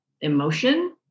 emotion